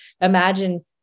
imagine